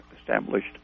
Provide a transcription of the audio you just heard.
established